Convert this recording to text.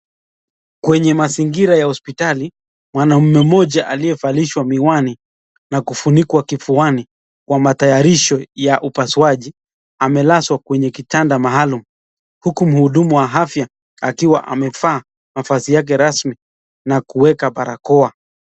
Kwenye mazingira ya hospitali, mwanaume mmoja ambaye amevalishwa miwani, na kufunikwa kifuani, kwa matayarisho ya upasuaji, amelazwa kwenye kitanda maalum, huku mhudumu wa afya akiwa amevaa mavazi yake rasmi, na kuweka barakoa.